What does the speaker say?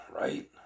right